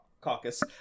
Caucus